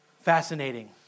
Fascinating